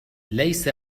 ليس